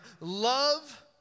love